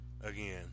again